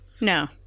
no